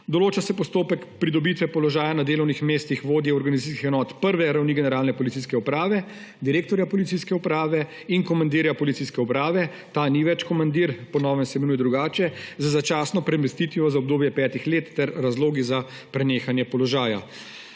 Določa se postopek pridobitve položaja na delovnih mestih vodje organizacijskih enot prve ravni Generalne policijske uprave, direktorja policijske uprave in komandirja policijske uprave, ta ni več komandir, po novem se imenuje drugače, z začasno premestitvijo za obdobje petih let ter razlogi za prenehanje položaja.